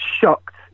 shocked